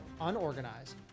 unorganized